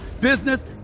business